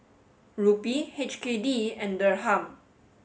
Rupee H K D and Dirham